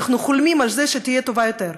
כולנו חיים במדינה שאנחנו חולמים שתהיה טובה יותר.